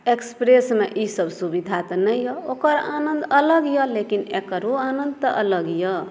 आ एक्सप्रेससमे ई सभ सुविधा तऽ नहि अछि ओकर आनन्द अलग यऽ लेकिन एकरो आनन्द तऽ अलग यऽ